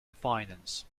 finance